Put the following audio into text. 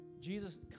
Jesus